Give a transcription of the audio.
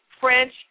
French